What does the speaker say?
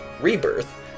Rebirth